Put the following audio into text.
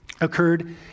occurred